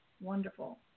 wonderful